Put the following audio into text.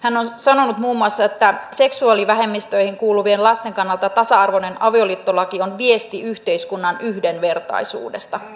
hän on sanonut muun muassa että seksuaalivähemmistöihin kuuluvien lasten kannalta tasa arvoinen avioliittolaki on viesti yhteiskunnan yhdenvertaisuudesta